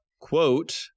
Quote